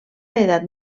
edat